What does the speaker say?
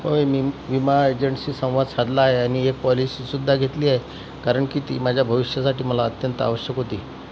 होय मी विमा एजेंटशी संवाद साधला आहे आणि एक पॉलिसीसुद्धा घेतली आहे कारण की ती माझ्या भविष्यासाठी मला अत्यंत आवश्यक होती